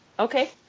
Okay